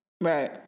Right